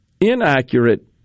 inaccurate